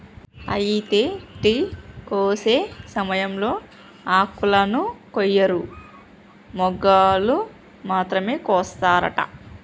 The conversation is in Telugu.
అయితే టీ కోసే సమయంలో ఆకులను కొయ్యరు మొగ్గలు మాత్రమే కోస్తారట